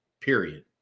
period